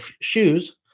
shoes